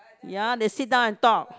ya they sit down and talk